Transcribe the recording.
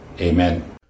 Amen